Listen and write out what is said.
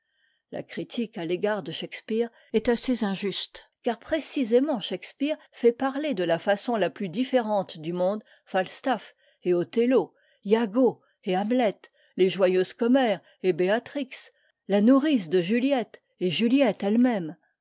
la critique à l'égard de shakespeare est assez injuste car précisément shakespeare fait parler de la façon la plus différente du monde falstaff et othello iago et hamlet les joyeuses commères et béatrix la nourrice de juliette et juliette elle-même